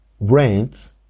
rent